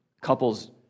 couples